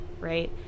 right